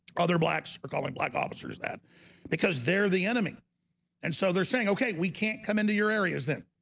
other blacks are calling black officers that because they're the enemy and so they're saying okay we can't come into your areas then